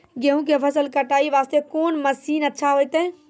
गेहूँ के फसल कटाई वास्ते कोंन मसीन अच्छा होइतै?